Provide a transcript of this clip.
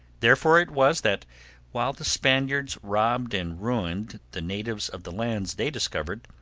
therefore it was that while the spaniards robbed and ruined the natives of the lands they discovered,